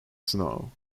snow